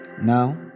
Now